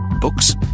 books